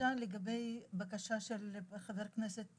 לגבי הבקשה של חבר הכנסת